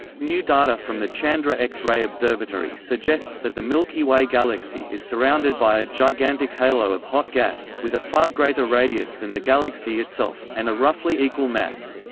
new data from the chandra x-ray observatory suggests that the milky way galaxy is surrounded by a gigantic halo of hot gas, with a far greater radius than the galaxy itself, and a roughly equal mass.